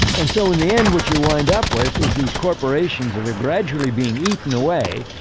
and so, in the end, what you wind up with is these corporations that are gradually being eaten away.